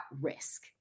risk